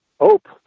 Hope